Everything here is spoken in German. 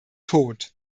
tot